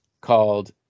called